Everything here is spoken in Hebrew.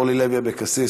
אורלי לוי אבקסיס,